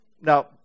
Now